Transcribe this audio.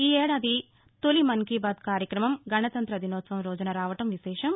ఈ ఏడాది తొలి మన్ కీ బాత్ కార్యక్రమం గణతంఁత దినోత్సవం రోజున రావడం విశేషం